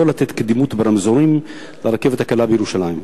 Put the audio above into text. לתת קדימות ברמזורים לרכבת הקלה בירושלים,